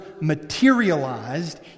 materialized